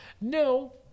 No